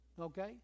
Okay